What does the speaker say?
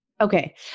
Okay